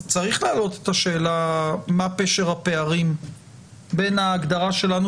צריך להעלות את השאלה מה פשר הפערים בין ההגדרה שלנו,